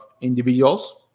individuals